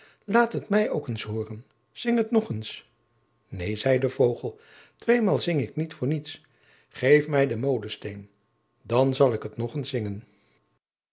laat het mij ook eens hooren zing het nog eens neen zei de vogel tweemaal zing ik niet voor niets geef mij den molensteen dan zal ik het nog eens zingen